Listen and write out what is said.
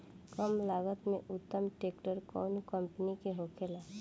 कम लागत में उत्तम ट्रैक्टर कउन कम्पनी के होखेला?